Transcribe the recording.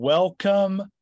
Welcome